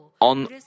on